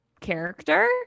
character